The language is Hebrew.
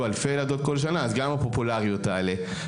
אלפי ילדות כל שנה אז גם הפופולריות תעלה.